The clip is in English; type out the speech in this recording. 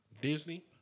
Disney